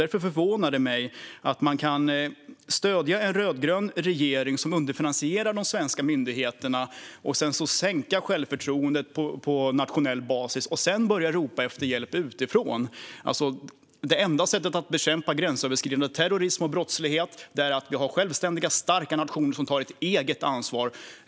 Därför förvånar det mig att man kan stödja en rödgrön regering som underfinansierar de svenska myndigheterna, att man kan sänka självförtroendet på nationell basis och sedan börja ropa efter hjälp utifrån. Det enda sättet att bekämpa gränsöverskridande terrorism och brottslighet är att ha självständiga starka nationer som tar eget ansvar.